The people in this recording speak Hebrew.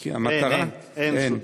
אין, אין רשות דיבור.